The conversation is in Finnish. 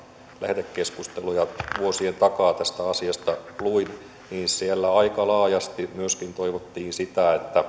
lähetekeskusteluja vuosien takaa tästä asiasta luin niin siellä aika laajasti myöskin toivottiin sitä että tähän